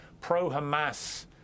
pro-Hamas